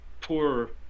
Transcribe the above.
poor